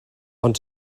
ond